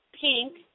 pink